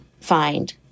find